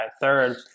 third